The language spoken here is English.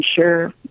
sure